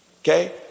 Okay